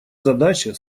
задача